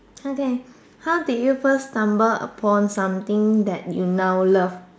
okay how did you first stumble upon something that you now love